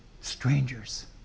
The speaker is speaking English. Strangers